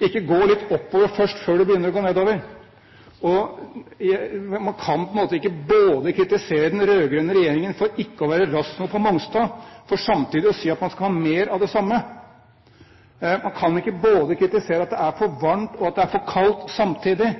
ikke å gå litt oppover først, før man begynner å gå nedover. Man kan ikke både kritisere den rød-grønne regjeringen for ikke å være rask nok på Mongstad, og samtidig si at man skal ha mer av det samme. Man kan ikke kritisere at det både er for varmt og for kaldt samtidig,